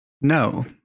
No